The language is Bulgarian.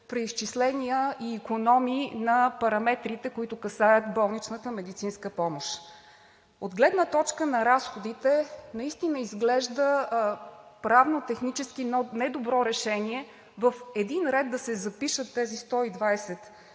преизчисления и икономии на параметрите, касаещи болничната медицинска помощ. От гледна точка на разходите наистина изглежда правно-технически недобро решение в един ред да се запишат тези 120